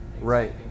Right